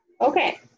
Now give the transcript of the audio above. okay